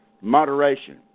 moderation